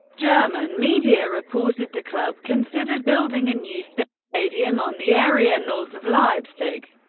german media reported the club considered building a new stadium on the area north of leipzig.